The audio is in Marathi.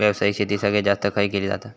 व्यावसायिक शेती सगळ्यात जास्त खय केली जाता?